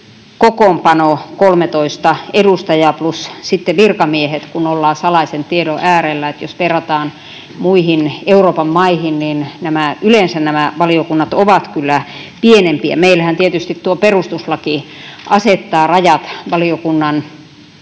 kokoonpano — 13 edustajaa plus sitten virkamiehet — kun ollaan salaisen tiedon äärellä. Jos verrataan muihin Euroopan maihin, niin yleensä nämä valiokunnat ovat kyllä pienempiä. Meillähän tietysti tuo perustuslaki asettaa rajat valiokunnan